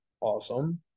awesome